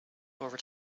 over